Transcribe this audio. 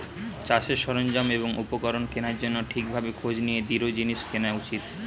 চাষের সরঞ্জাম এবং উপকরণ কেনার জন্যে ঠিক ভাবে খোঁজ নিয়ে দৃঢ় জিনিস কেনা উচিত